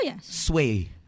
sway